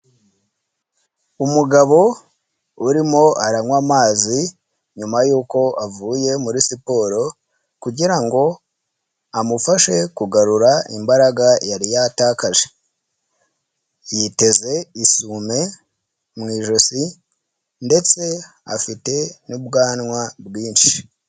Umugabo urimo aranywa amazi nyuma yuko avuye muri siporo kugirango amufashe kugarura imbaraga yari yatakaje, yiteze isume mu ijosi ndetse afite n'ubwanwa bwinshi.